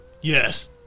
Yes